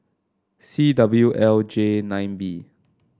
C W L J nine B